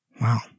Wow